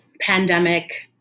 pandemic